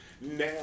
now